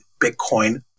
Bitcoin